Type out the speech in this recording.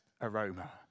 aroma